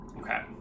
Okay